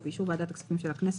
ובאישור ועדת הכספים של הכנסת,